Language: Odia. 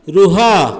ରୁହ